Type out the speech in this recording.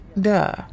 Duh